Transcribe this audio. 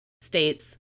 states